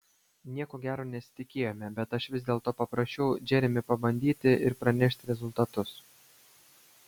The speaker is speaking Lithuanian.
nieko gero nesitikėjome bet aš vis dėlto paprašiau džeremį pabandyti ir pranešti rezultatus